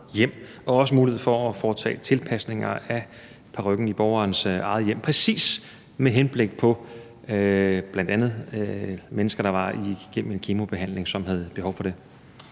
var også mulighed for at foretage tilpasninger af parykken i borgerens eget hjem, sådan at mennesker, der var igennem en kemobehandling og havde behov for det,